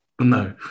no